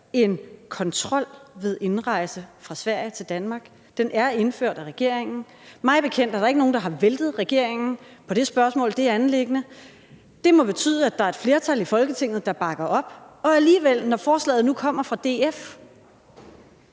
en kontrol ved indrejse fra Sverige til Danmark. Den er indført af regeringen. Mig bekendt er der ikke nogen, der har væltet regeringen på det spørgsmål, det anliggende. Det må betyde, at der er et flertal i Folketinget, der bakker det op. Og alligevel, når beslutningsforslaget nu kommer fra DF